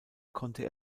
konnte